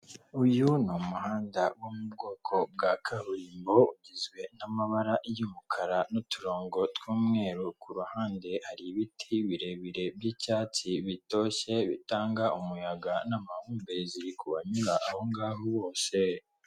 Uyu ni umuhanda wo mu bwoko bwa kaburimbo ugizwe n'amabara y'umukara nu'uturongo tw'umweru, kuruhande hari ibiti birebire by'icyatsi bitoshye, bitanga umuyaga n'amahumbezi ku banyura aho ngaho bose.